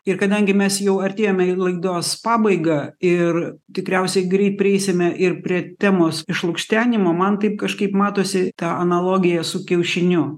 ir kadangi mes jau artėjame į laidos pabaigą ir tikriausiai greit prieisime ir prie temos išlukštenimo man taip kažkaip matosi ta analogija su kiaušiniu